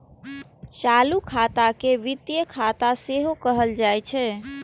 चालू खाता के वित्तीय खाता सेहो कहल जाइ छै